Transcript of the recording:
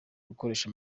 gukoresha